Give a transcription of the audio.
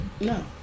no